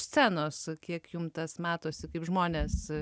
scenos kiek jums tas matosi kaip žmonės